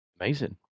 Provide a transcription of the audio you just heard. amazing